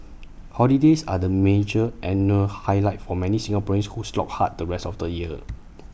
holidays are the major annual highlight for many Singaporeans who slog hard the rest of the year